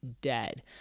dead